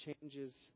changes